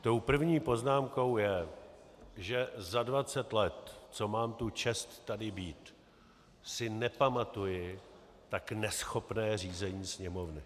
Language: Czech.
Tou první poznámkou je, že za dvacet let, co mám tu čest tady být, si nepamatuji tak neschopné řízení Sněmovny.